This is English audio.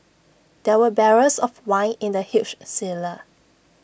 there were barrels of wine in the huge cellar